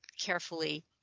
carefully